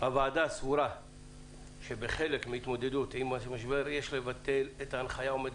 הוועדה סבורה שכחלק מההתמודדות עם המשבר יש לבטל את ההנחיה העומדת